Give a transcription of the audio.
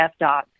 FDOT